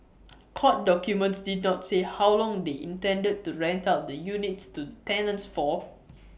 court documents did not say how long they intended to rent out the units to the tenants for